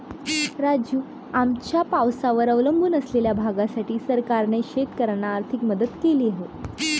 राजू, आमच्या पावसावर अवलंबून असलेल्या भागासाठी सरकारने शेतकऱ्यांना आर्थिक मदत केली आहे